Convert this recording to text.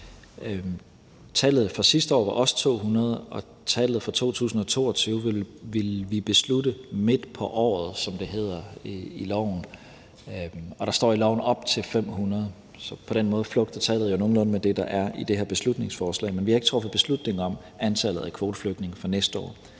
Tallet fra sidste år var også 200, og tallet for 2022 vil vi beslutte midt på året, som det hedder i loven, og der står i loven: op til 500. Så på den måde flugter tallet jo nogenlunde med det, der er i det her beslutningsforslag. Men vi har ikke truffet beslutning om antallet af kvoteflygtninge for næste år.